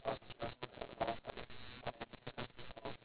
then that time you keep complaining that your potato is nicer